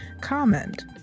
Comment